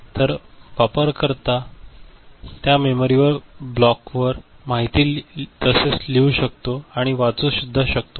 तर वापरकर्ता त्या मेमरी ब्लॉकवर माहिती तसेच लिहू शकतो आणि वाचू सुद्धा शकतो